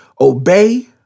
Obey